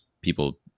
people